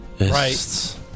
Right